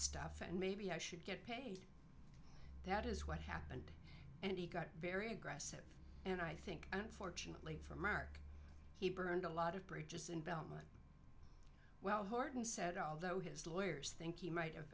stuff and maybe i should get paid that is what happened and he got very aggressive and i think unfortunately for mark he burned a lot of bridges in belmar well horton said although his lawyers think he might